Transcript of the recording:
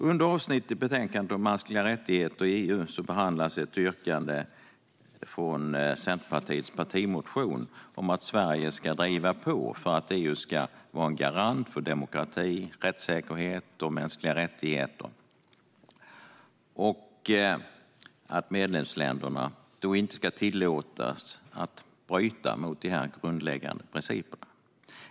Under avsnittet i betänkandet om mänskliga rättigheter i EU behandlas ett yrkande från Centerpartiets partimotion om att Sverige ska driva på för att EU ska vara en garant för demokrati, rättssäkerhet och mänskliga rättigheter och att medlemsländerna inte ska tillåtas att bryta mot dessa grundläggande principer.